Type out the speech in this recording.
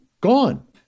gone